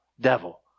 devil